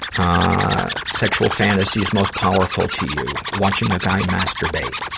ah sexual fantasies most powerful to you watching a guy masturbate.